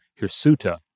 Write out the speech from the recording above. hirsuta